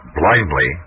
blindly